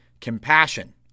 Compassion